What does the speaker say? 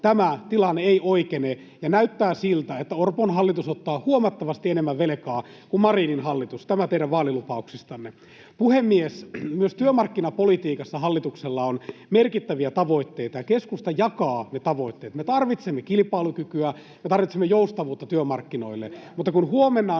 tämä tilanne ei oikene, ja näyttää siltä, että Orpon hallitus ottaa huomattavasti enemmän velkaa kuin Marinin hallitus. Tämä teidän vaalilupauksistanne. Puhemies! Myös työmarkkinapolitiikassa hallituksella on merkittäviä tavoitteita, ja keskusta jakaa ne tavoitteet. Me tarvitsemme kilpailukykyä, me tarvitsemme joustavuutta työmarkkinoille. [Ben